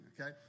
okay